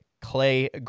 Clay